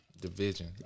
Division